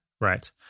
Right